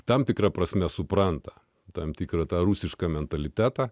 tam tikra prasme supranta tam tikrą tą rusišką mentalitetą